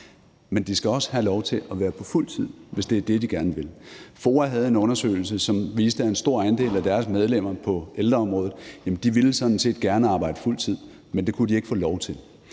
Men de skal også have lov til at være på fuld tid, hvis det er det, de gerne vil. FOA havde en undersøgelse, som viste, at en stor andel af deres medlemmer på ældreområdet sådan set gerne ville arbejde fuld tid, men det kunne de ikke få lov til.